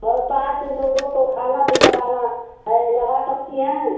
और पाँच लोगों को खाना भी लगाना है लगा सकती हैं